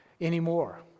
anymore